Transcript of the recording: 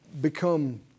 become